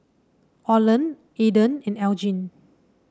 Orland Aidan and Elgin